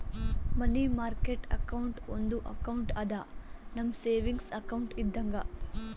ಮನಿ market account ಒಂದು account ಅದಾ, ನಮ್ ಸೇವಿಂಗ್ಸ್ ಅಕೌಂಟ್ ಇದ್ದಂಗ